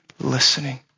listening